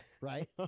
right